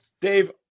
Dave